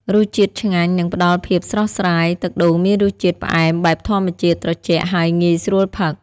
រសជាតិឆ្ងាញ់ និងផ្តល់ភាពស្រស់ស្រាយ ទឹកដូងមានរសជាតិផ្អែមបែបធម្មជាតិ ត្រជាក់ ហើយងាយស្រួលផឹក។